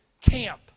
camp